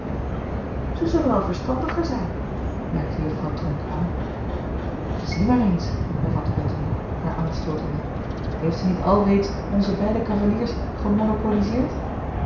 zij zullen wel verstandiger zijn merkte juffrouw tronck aan zie maar eens hervatte bettemie haar aanstootende heeft zij niet alreeds onze beide cavaliers